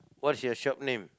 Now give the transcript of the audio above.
what is your shop name